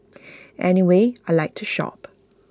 anyway I Like to shop